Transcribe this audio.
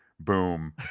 Boom